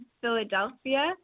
Philadelphia